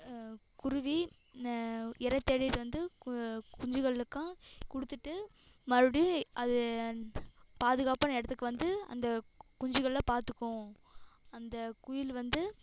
குருவி இரை தேடிட்டு வந்து குஞ்சுகளுக்குலாம் கொடுத்துட்டு மறுபடி அது பாதுகாப்பான இடத்துக்கு வந்து அந்த குஞ்சுகளை பார்த்துக்கும் அந்த குயில் வந்து